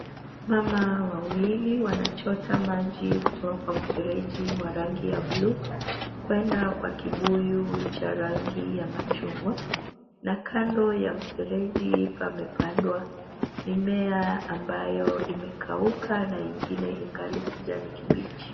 Mama wawili, wanachota maji kotaka kwa mfereji wa rangi ya buluu kuenda kwa kibuyu cha rangi ya machungwa, na kando ya mfereji kamepandwa mimea ambayo imekauka na ingine ingali kijani kibichi.